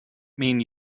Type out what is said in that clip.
mean